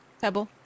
Pebble